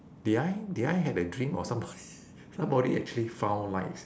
did I did I have a dream or somebody somebody actually found lights